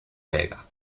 vega